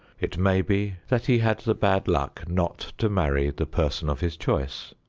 it may be that he had the bad luck not to marry the person of his choice,